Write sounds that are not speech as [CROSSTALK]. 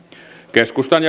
keskustan [UNINTELLIGIBLE]